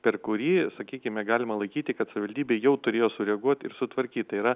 per kurį sakykime galima laikyti kad savivaldybė jau turėjo sureaguoti ir sutvarkyti tai yra